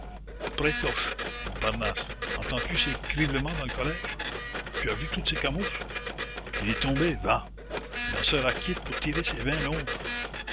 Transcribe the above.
prête l'oche montparnasse entends-tu ces criblements dans le collège tu as vu toutes ces camoufles il est tombé va il en sera quitte pour tirer ses vingt longes